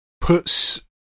puts